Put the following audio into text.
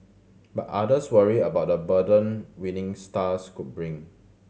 but others worry about the burden winning stars could bring